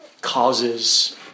causes